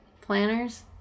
planners